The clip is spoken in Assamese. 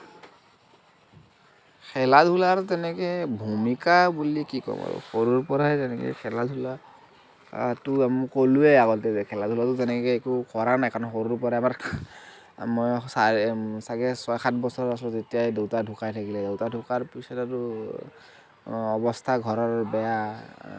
খেলা ধূলাৰ তেনেকে ভূমিকা বুলি কি ক'ম আৰু সৰুৰ পৰাই তেনেকে খেলাধূলা টো ক'লোঁয়েই আগতে যে খেলাধূলাটো তেনেকে একো কৰা নাই কাৰণ সৰুৰ পৰাই মই চাৰে চাগে ছয় সাত বছৰ আছোঁ তেতিয়াই দেউতা ঢুকাই থাকিলে দেউতা ঢুকোৱাৰ পিছত আৰু অৱস্থা ঘৰৰ বেয়া